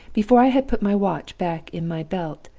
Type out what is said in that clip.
before i had put my watch back in my belt,